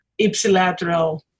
ipsilateral